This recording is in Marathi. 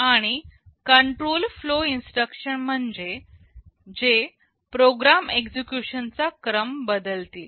आणि कंट्रोल फ्लो इन्स्ट्रक्शन म्हणजे जे प्रोग्राम एक्झिक्युशन चा क्रम बदलतील